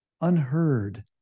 unheard